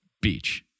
beach